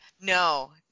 No